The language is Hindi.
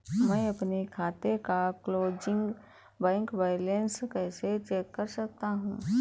मैं अपने खाते का क्लोजिंग बैंक बैलेंस कैसे चेक कर सकता हूँ?